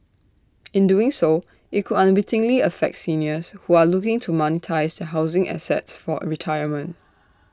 in doing so IT could unwittingly affect seniors who are looking to monetise housing assets for retirement